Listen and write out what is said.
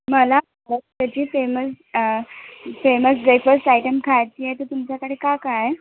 मला महाराष्ट्राचे famous famous breakfast item खायचे आहे तर तुमच्याकडे काय काय आहे